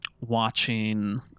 watching